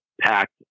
packed